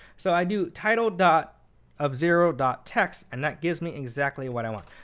so i do title dot of zero dot text, and that gives me exactly what i want.